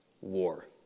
war